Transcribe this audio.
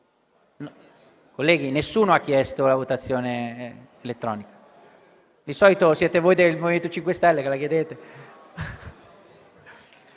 Colleghi, nessuno ha chiesto la votazione elettronica; di solito siete voi del MoVimento 5 Stelle che la chiedete.